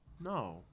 No